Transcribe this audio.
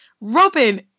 Robin